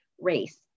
race